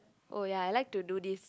oh ya I like to do this